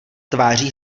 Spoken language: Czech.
tváří